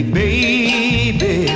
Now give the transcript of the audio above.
baby